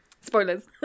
Spoilers